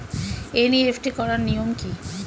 NEFT করার নিয়ম কী?